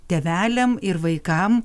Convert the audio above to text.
tėveliam ir vaikam